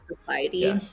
society